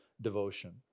devotion